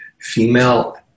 female